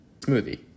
Smoothie